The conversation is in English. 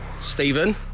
Stephen